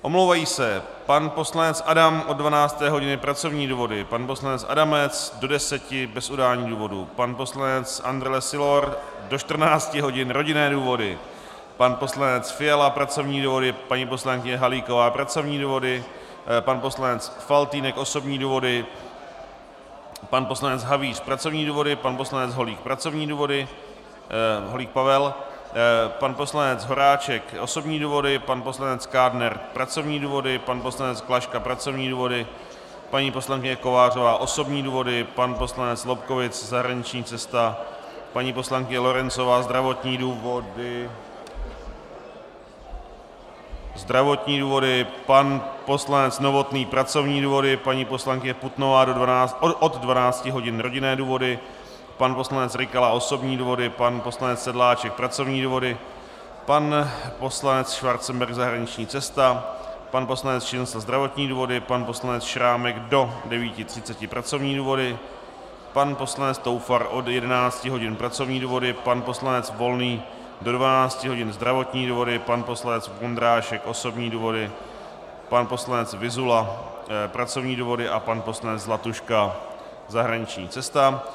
Omlouvají se: pan poslanec Adam od 12 hodin pracovní důvody, pan poslanec Adamec do 10 hodin bez udání důvodu, pan poslanec Andrle Sylor do 14 hodin rodinné důvody, pan poslanec Fiala pracovní důvody, paní poslankyně Halíková pracovní důvody, pan poslanec Faltýnek osobní důvody, pan poslanec Havíř pracovní důvody, pan poslanec Pavel Holík pracovní důvody, pan poslanec Horáček osobní důvody, pan poslanec Kádner pracovní důvody, pan poslanec Klaška pracovní důvody, paní poslankyně Kovářová osobní důvody, pan poslanec Lobkowicz zahraniční cesta, paní poslankyně Lorencová zdravotní důvody, pan poslanec Novotný pracovní důvody, paní poslankyně Putnová od 12 hodin rodinné důvody, pan poslanec Rykala osobní důvody, pan poslanec Sedláček pracovní důvody, pan poslanec Schwarzenberg zahraniční cesta, pan poslanec Šincl zdravotní důvody, pan poslanec Šrámek do 9.30 hodin pracovní důvody, pan poslanec Toufar od 11 hodin pracovní důvody), pan poslanec Volný do 12 hodin zdravotní důvody, pan poslanec Vondrášek osobní důvody, pan poslanec Vyzula pracovní důvody a pan poslanec Zlatuška zahraniční cesta.